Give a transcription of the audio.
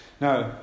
Now